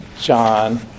John